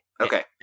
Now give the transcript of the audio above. Okay